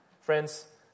Friends